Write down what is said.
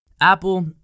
Apple